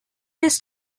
his